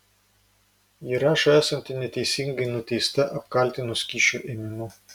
ji rašo esanti neteisingai nuteista apkaltinus kyšio ėmimu